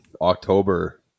October